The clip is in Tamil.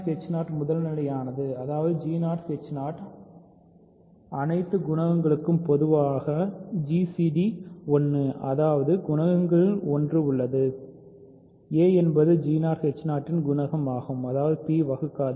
Bஆனால் முதல்நிலையானது அதாவது இன் அனைத்து குணகங்களுக்கும் பொதுவான gcd 1 அதாவது குணகங்களில் ஒன்று உள்ளது a என்பது இன் குணகம் ஆகும் அதாவது p வகுக்கது